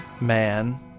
man